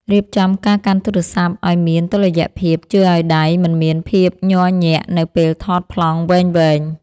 រៀបចំការកាន់ទូរស័ព្ទឱ្យមានតុល្យភាពជួយឱ្យដៃមិនមានភាពញ័រញាក់នៅពេលថតប្លង់វែងៗ។